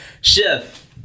Chef